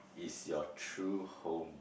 is your true home